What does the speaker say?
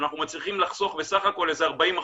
שאנחנו מצליחים לחסוך בסך הכול איזה 40%,